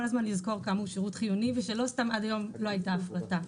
הזמן לזכור כמה הוא שירות חיוני ושלא סתם עד היום לא הייתה הפרטה.